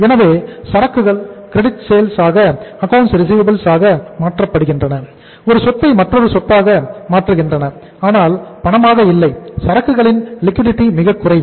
எனவே சரக்குகள் credit sales மிகக்குறைவு